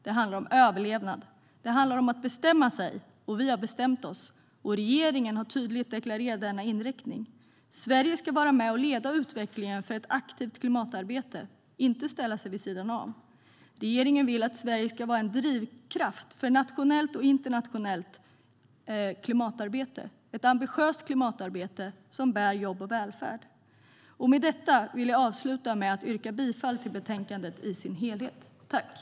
Det handlar om överlevnad. Det handlar om att bestämma sig. Vi har bestämt oss, och regeringen har tydligt deklarerat denna inriktning. Sverige ska vara med och leda utvecklingen för ett aktivt klimatarbete, inte ställa sig vid sidan om. Regeringen vill att Sverige ska vara en drivkraft för nationellt och internationellt klimatarbete - ett ambitiöst klimatarbete som bär jobb och välfärd. Med detta yrkar jag bifall till förslaget i betänkandet.